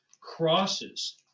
crosses